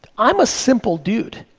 i'm a simple dude.